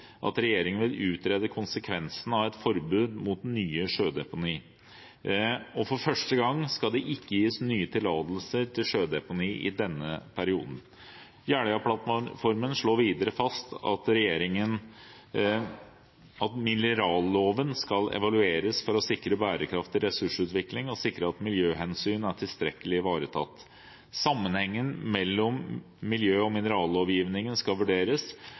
at regjeringen vil utrede konsekvensen av et forbud mot nye sjødeponi, og for første gang skal det ikke gis nye tillatelser til sjødeponi i denne perioden. Jeløya-plattformen slår videre fast at mineralloven skal evalueres for å sikre en bærekraftig ressursutvikling og sikre at miljøhensyn er tilstrekkelig ivaretatt. Sammenhengen mellom miljø- og minerallovgivningen skal vurderes.